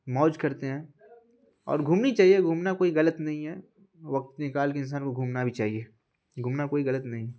موج کرتے ہیں اور گھومنی چاہیے گھومنا کوئی غلط نہیں ہے وقت نکال کے انسان کو گھومنا بھی چاہیے گھومنا کوئی غلط نہیں ہے